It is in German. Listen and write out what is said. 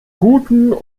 guten